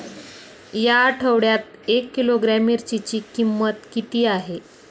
या आठवड्यात एक किलोग्रॅम मिरचीची किंमत किती आहे?